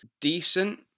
decent